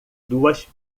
duas